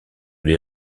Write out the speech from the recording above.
les